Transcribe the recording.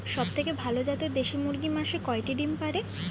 সবথেকে ভালো জাতের দেশি মুরগি মাসে কয়টি ডিম পাড়ে?